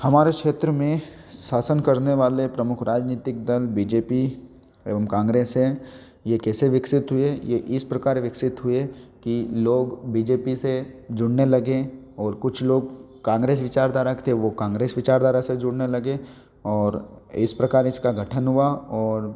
हमारे क्षेत्र में शासन करने वाले प्रमुख राजनितिक दल बी जे पी एवं कांग्रेस हैं ये कैसे विकसित हुए ये इस प्रकार विकसित हुए कि लोग बी जे पी से जुड़ने लगें और कुछ लोग कांग्रेस विचारधारा के थे वो कांग्रेस विचारधारा से जुड़ने लगे और इस प्रकार इसका गठन हुआ और